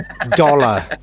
dollar